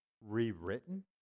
rewritten